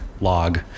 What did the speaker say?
log